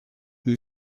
who